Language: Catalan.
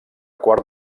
quart